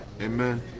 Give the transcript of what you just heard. Amen